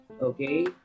okay